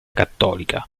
cattolica